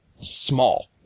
small